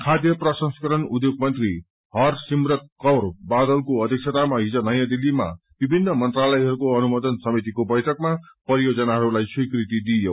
खाध्य प्रसंस्करण उध्योग मंत्री हरसिमरत कौर बादलको अध्यक्षतामा हिज नयाँ दिल्लीामा विभिन्न मंत्रालयहरूबाट अनुमोदन समितिको बैइकमा परियोजनाहरूलाई स्वीकृति दिइयो